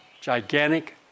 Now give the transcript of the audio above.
gigantic